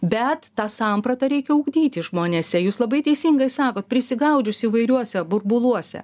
bet tą sampratą reikia ugdyti žmonėse jūs labai teisingai sako prisigaudžius įvairiuose burbuluose